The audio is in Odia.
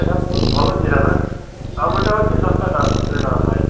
ସେଟା ବହୁତ ଭଲ ଜିରା ନା ଆଉଗୋଟେ ଅଛି ଶସ୍ତାଟା ଟଙ୍କା ସତୁରି ଟଙ୍କା ପାଏ